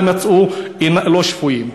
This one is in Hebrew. כולם יצאו לא שפויים.